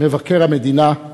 מבקר המדינה,